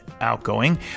outgoing